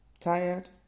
Tired